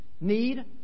need